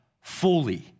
fully